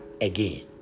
again